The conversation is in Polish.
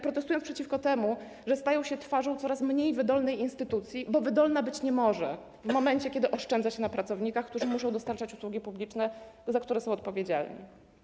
Protestują przeciwko temu, że stają się twarzą coraz mniej wydolnej instytucji, bo ona nie może być wydolna w momencie, kiedy oszczędza się na pracownikach, którzy muszą dostarczać usługi publiczne, za które są odpowiedzialni.